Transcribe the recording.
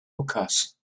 hookahs